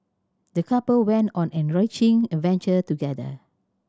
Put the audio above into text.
the couple went on an enriching adventure together